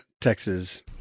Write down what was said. Texas